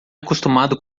acostumado